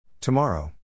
Tomorrow